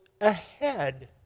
ahead